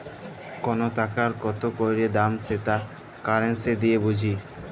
call টাকার কত ক্যইরে দাম সেট কারেলসি দিঁয়ে বুঝি